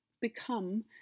become